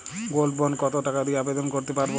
Gold bond কত টাকা দিয়ে আবেদন করতে পারবো?